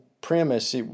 premise